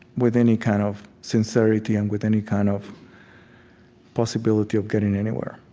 with any kind of sincerity and with any kind of possibility of getting anywhere